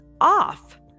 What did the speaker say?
off